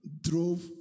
drove